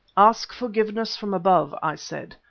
ask forgiveness from above, i said,